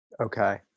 Okay